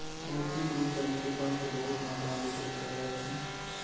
भौतिक रूप से भी कूपन के बहुते मात्रा मे वितरित करलो जाय छै